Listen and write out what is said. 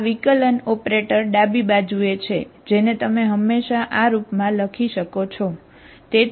આ આ વિકલન ઓપરેટર ડાબી બાજુએ છે જેને તમે હંમેશા આ રૂપમાં લખી શકો છો બરાબર